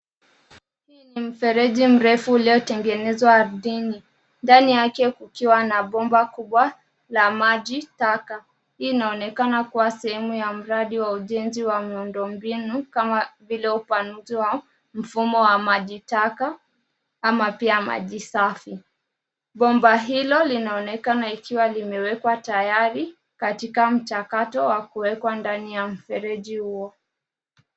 Hii ni mfereji mrefu uliotengenezwa ardhini. Ndani yake kukiwa na bomba kubwa la maji taka. Hii inaonekana kuwa sehemu ya mradi ya ujenzi wa miundombinu kama vile upanuzi wa mfumo wa maji taka ama pia maji safi. Bomba hilo linaonekana likiwa limewekwa tayari katika mchakato wa kuwekwa ndani ya mfereji huo.